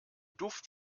duft